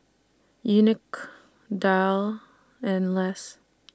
Unique Dale and Less